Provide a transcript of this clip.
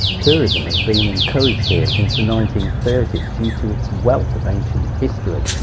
tourism has been encouraged here since the nineteen thirty s due to its wealth of ancient history,